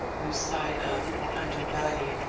lose sight of, or undervalue,